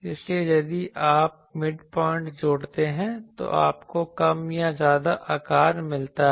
इसलिए यदि आप मिडपॉइंट जोड़ते हैं तो आपको कम या ज्यादा आकार मिलता है